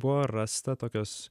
buvo rasta tokios